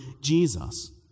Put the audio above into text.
Jesus